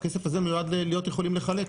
הכסף הזה מיועד ללהיות יכולים לחלק,